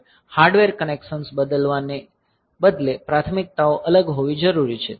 તમારે hardware connections બદલવાને બદલે પ્રાથમિકતાઓ અલગ હોવી જરૂરી છે